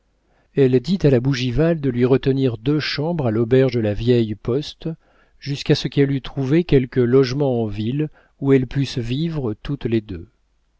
elle dit à la bougival de lui retenir deux chambres à l'auberge de la vieille poste jusqu'à ce qu'elle eût trouvé quelque logement en ville où elles pussent vivre toutes les deux